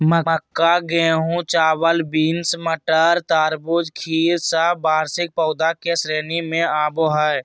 मक्का, गेहूं, चावल, बींस, मटर, तरबूज, खीर सब वार्षिक पौधा के श्रेणी मे आवो हय